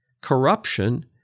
Corruption